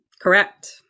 Correct